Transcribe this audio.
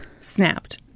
Snapped